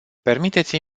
permiteți